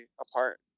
apart